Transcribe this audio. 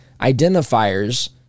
identifiers